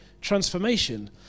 transformation